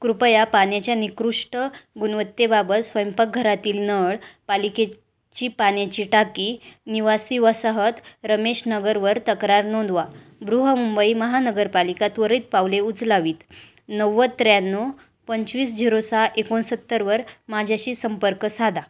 कृपया पाण्याच्या निकृष्ट गुणवत्तेबाबत स्वयंपाकघरातील नळ पालिके ची पाण्याची टाकी निवासी वसाहत रमेश नगरवर तक्रार नोंदवा बृहमुंबई महानगरपालिका त्वरित पावले उचलावीत नव्वद त्र्याण्णव पंचवीस झिरो सहा एकोणसत्तरवर माझ्याशी संपर्क साधा